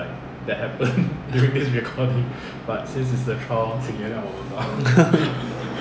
ya